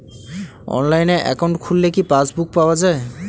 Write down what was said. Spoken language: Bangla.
অনলাইনে একাউন্ট খুললে কি পাসবুক পাওয়া যায়?